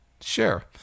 sure